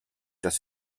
tres